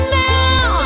now